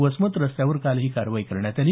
वसमत रस्त्यावर काल ही कारवाई करण्यात आली